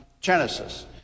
Genesis